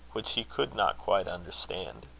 which he could not quite understand?